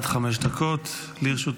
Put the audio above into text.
גברתי, עד חמש דקות לרשותך.